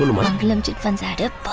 mangalam chit funds